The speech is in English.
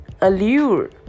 allure